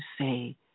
say